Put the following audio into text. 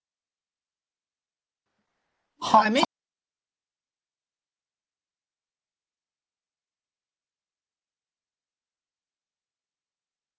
hotpot